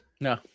No